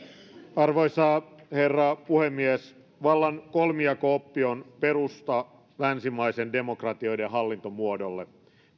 arvoisa herra puhemies vallan kolmijako oppi on perusta länsimaisten demokratioiden hallintomuodolle